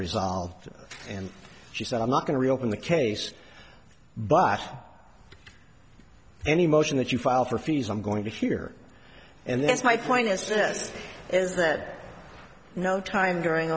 resolved and she said i'm not going to reopen the case but any motion that you file for fees i'm going to here and that's my point is this is that no time during